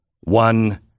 one